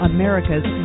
America's